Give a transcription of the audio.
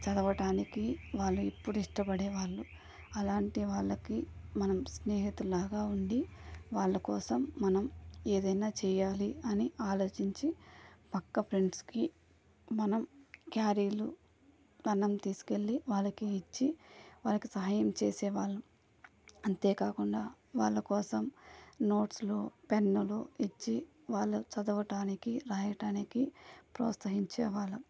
చదవడానికి వాళ్ళు ఎప్పుడు ఇష్టపడే వాళ్ళు అలాంటి వాళ్ళకి మనం స్నేహితులాగా ఉండి వాళ్ళ కోసం మనం ఏదైనా చేయాలి అని ఆలోచించి పక్క ఫ్రెండ్స్కి మనం క్యారీలు అన్నం తీసుకెళ్ళి వాళ్లకి ఇచ్చి వాళ్ళకి సహాయం చేసే వాళ్ళం అంతేకాకుండా వాళ్ళ కోసం నోట్స్లు పెన్నులు ఇచ్చి వాళ్ళ చదవటానికి రాయటానికి ప్రోత్సహించే వాళ్ళం